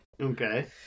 Okay